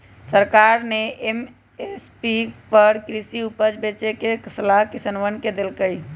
सरकार ने एम.एस.पी पर कृषि उपज बेचे के सलाह किसनवन के देल कई